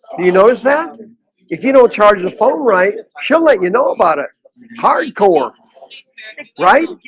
he knows that if you don't charge the phone right she'll let you know about it hardcore right